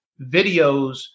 videos